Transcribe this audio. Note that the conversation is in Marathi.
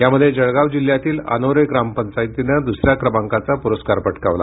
यामध्ये जळगाव जिल्ह्यातील अनोरे ग्रामपंचायतीने दुसऱ्या क्रमांकाचा पुरस्कार पटकाविला